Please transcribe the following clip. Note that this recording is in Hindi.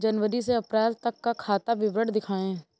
जनवरी से अप्रैल तक का खाता विवरण दिखाए?